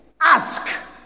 Ask